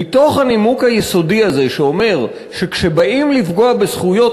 מתוך הנימוק היסודי הזה שאומר שכשבאים לפגוע בזכויות